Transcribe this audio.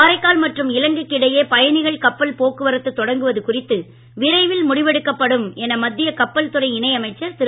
காரைக்கால் மற்றும் இலங்கைக்கு இடையே பயணிகள் கப்பல் போக்குவரத்து தொடக்குவது குறித்து விரைவில் முடிவெடுக்கப்படும் என மத்திய கப்பல் துறை இணையமைச்சர் திரு